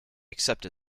except